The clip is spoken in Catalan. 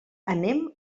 anem